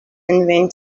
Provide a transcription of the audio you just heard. invented